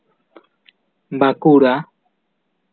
Bankura